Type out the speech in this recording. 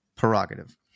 prerogative